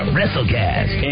WrestleCast